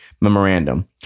memorandum